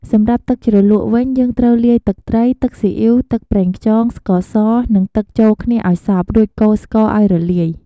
សម្រាប់ទឹកជ្រលក់វិញ យើងត្រូវលាយទឹកត្រី ទឹកស៊ីអ៉ីវ ទឹកប្រេងខ្យង ស្ករស និងទឹកចូលគ្នាឱ្យសព្វ រួចកូរស្ករឱ្យរលាយ។